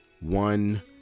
One